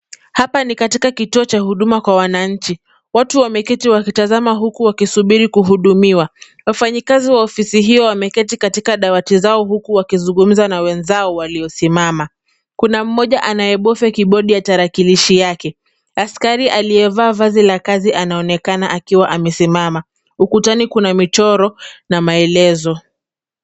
Hapa ni katika kituo cha huduma kwa wanainchi. Watu wameketi wakitazama huku wakisubiri kuhudumiwa. Wafanyikazi wa ofisi hiyo wameketi katika dawati zao huku wakizungumza na wenzao waliyosimama. Kuna mmoja anayebofia kibodi ya tarakilishi yake. Askari aliyevaa vazi la kazi anaonekana akiwa amesimama. Ukutani kuna michoro na maelezo.